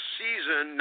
season